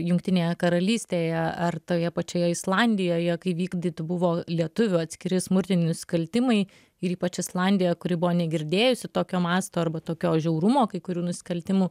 jungtinėje karalystėje ar toje pačioje islandijoje kai vykdyt buvo lietuvių atskiri smurtiniai nusikaltimai ir ypač islandija kuri buvo negirdėjusi tokio masto arba tokio žiaurumo kai kurių nusikaltimų